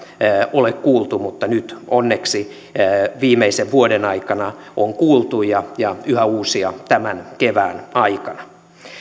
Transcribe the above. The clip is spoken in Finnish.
ole kuultu mutta nyt onneksi viimeisen vuoden aikana on kuultu ja ja yhä uusia tämän kevään aikana